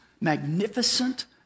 magnificent